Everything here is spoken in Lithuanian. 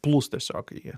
plūs tiesiog jie